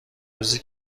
روزی